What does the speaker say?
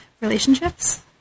relationships